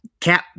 Cap